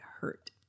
hurt